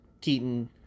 Keaton